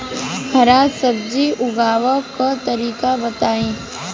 हरा सब्जी उगाव का तरीका बताई?